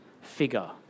figure